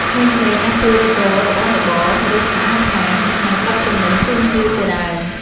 ក្មេងៗអាចជួយរត់រករបស់របរ ឬសម្អាតហាង និងដឹកទំនិញជូនភ្ញៀវជាដើម។